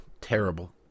terrible